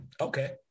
okay